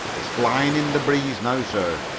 it's flying in the breeze now, sir.